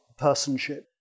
personship